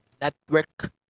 Network